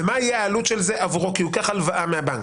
ומה תהיה העלות של זה עבורו כי הוא לוקח הלוואה מהבנק.